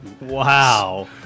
Wow